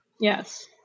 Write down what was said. Yes